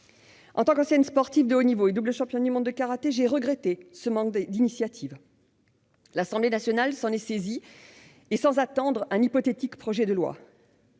En tant qu'ancienne sportive de haut niveau et double championne du monde de karaté, je le déplore. L'Assemblée nationale s'est saisie du sujet sans attendre un hypothétique projet de loi.